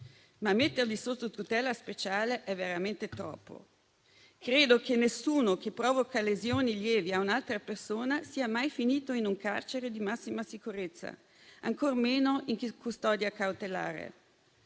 soggetti sotto tutela speciale è veramente troppo. Nessuno che provochi lesioni lievi a un'altra persona sia mai finito in un carcere di massima sicurezza, ancor meno in custodia cautelare.